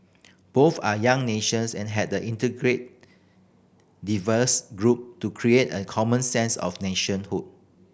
both are young nations and had integrate diverse group to create a common sense of nationhood